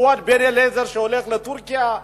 פואד בן-אליעזר שהולך לטורקיה,